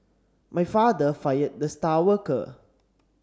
my father fired the star worker